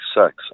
sex